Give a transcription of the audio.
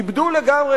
איבדו לגמרי,